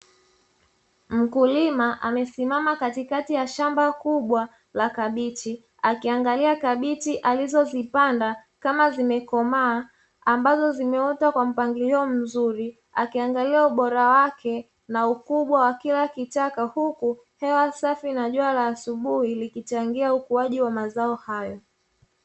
Mkulima amesimama katikati ya shamba kubwa la kabichi akiangalia kabichi alizo zipanda kama zimekomaa, ambazo zimeota kwa mzuri. Akiangalia ubora wake na ukubwa wa kila kitako huku hewa safi na jua la asubuhi likichangia ukuaji wa mazao hayo.